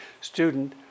student